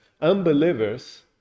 unbelievers